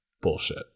bullshit